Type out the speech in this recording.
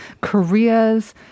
Korea's